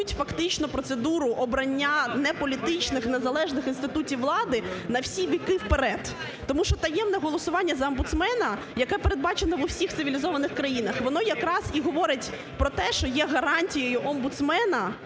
фактично процедуру обрання неполітичних, незалежних інститутів влади на всі віки вперед, тому що таємне голосування за омбудсмена, яке передбачене в усіх цивілізованих країнах, воно якраз і говорить про те, що є гарантією омбудсмена